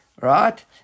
Right